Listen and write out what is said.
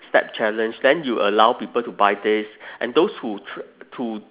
step challenge then you allow people to buy this and those who cho~ to